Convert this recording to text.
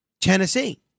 Tennessee